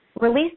Release